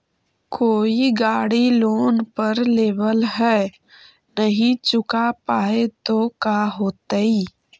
कोई गाड़ी लोन पर लेबल है नही चुका पाए तो का होतई?